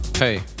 Hey